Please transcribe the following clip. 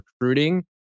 recruiting